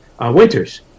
Winters